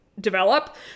develop